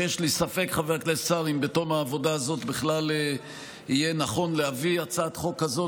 שיש לי ספק אם בתום העבודה הזאת בכלל יהיה נכון להביא הצעת חוק כזאת,